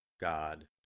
God